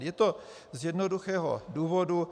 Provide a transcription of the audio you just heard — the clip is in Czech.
Je to z jednoduchého důvodu.